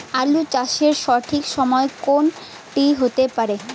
আলু চাষের সঠিক সময় কোন টি হতে পারে?